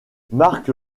mark